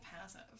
passive